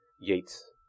Yates